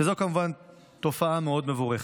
שזאת כמובן תופעה מאוד מבורכת.